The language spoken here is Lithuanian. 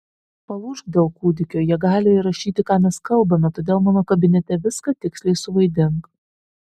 palūžk dėl kūdikio jie gali įrašyti ką mes kalbame todėl mano kabinete viską tiksliai suvaidink